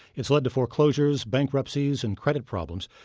it's led to foreclosures, bankruptcies and credit problems.